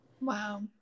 Wow